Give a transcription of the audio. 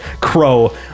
crow